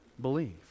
believe